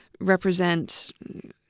represent